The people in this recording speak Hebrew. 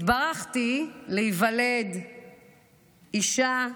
התברכתי להיוולד אישה,